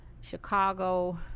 Chicago